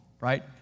right